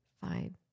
Fine